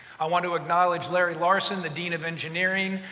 i want to acknowledge larry larson, the dean of engineering,